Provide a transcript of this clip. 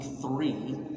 three